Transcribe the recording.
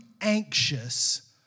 anxious